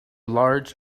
large